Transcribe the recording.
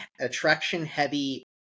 attraction-heavy